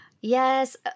Yes